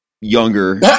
younger